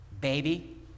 Baby